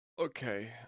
Okay